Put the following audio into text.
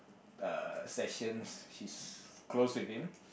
uh sessions she's close with him